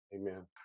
Amen